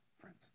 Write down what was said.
friends